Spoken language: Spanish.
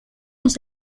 los